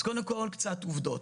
קודם כל, קצת עובדות.